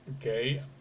Okay